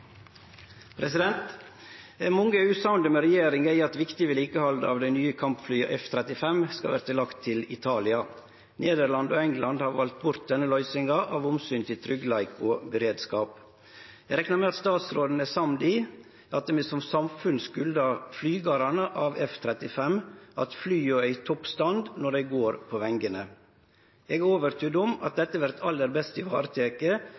er mange som er usamde med regjeringa i at viktig vedlikehald av dei nye kampflya F-35 skal verte lagt til Italia. Nederland og England har valt bort denne løysinga av omsyn til tryggleik og beredskap. Eg reknar med at statsråden er samd i at vi som samfunn skuldar flygarane av F-35 at flya er i topp stand når dei går på vengene. Eg er overtydd om at dette vert aller best vareteke